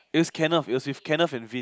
is Kenneth it was with Kenneth and Vin